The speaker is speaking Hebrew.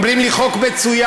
אומרים לי: חוק מצוין,